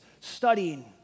studying